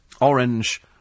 Orange